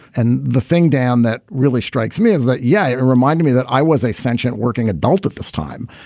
and the thing down that really strikes me is that, yeah, it reminded me that i was a sentient working adult at this time.